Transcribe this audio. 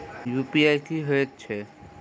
UPI की हएत छई?